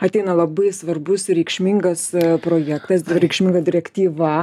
ateina labai svarbus ir reikšmingas projektas reikšminga direktyva